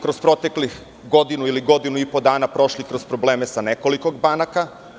Kroz proteklih godinu ili godinu i po smo prošli kroz probleme sa nekoliko banaka.